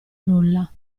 nulla